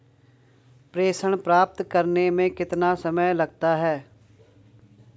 प्रेषण प्राप्त करने में कितना समय लगता है?